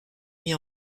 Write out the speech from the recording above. mis